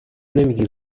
نمیگی